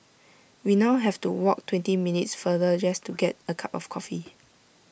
we now have to walk twenty minutes farther just to get A cup of coffee